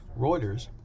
Reuters